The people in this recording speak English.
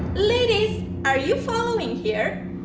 ladies, are you following here?